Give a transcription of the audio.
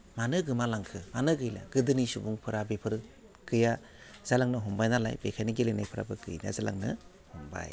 मानो गोमालांखो मानो गैला गोदोनि सुबुंफोरा बेफोर गैया जालांनो हमबाय नालाय बेखायनो गेलेनायफोराबो गैया जालांनो हमबाय